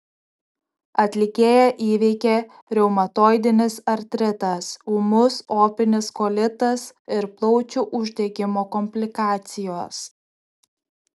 atlikėją įveikė reumatoidinis artritas ūmus opinis kolitas ir plaučių uždegimo komplikacijos